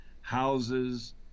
houses